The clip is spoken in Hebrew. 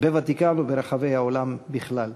בוותיקן וברחבי העולם בכלל.